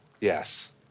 yes